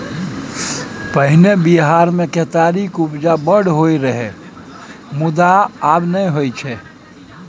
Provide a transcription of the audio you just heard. पहिने बिहार मे केतारीक उपजा बड़ होइ रहय मुदा आब नहि होइ छै